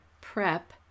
prep